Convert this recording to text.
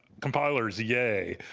compilers, yeah,